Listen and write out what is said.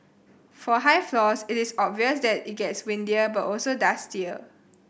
for high floors it is obvious that it gets windier but also dustier